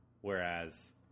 Whereas